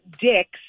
dicks